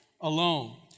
alone